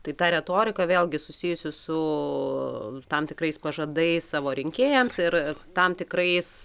tai ta retorika vėlgi susijusi su tam tikrais pažadais savo rinkėjams ir tam tikrais